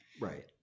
Right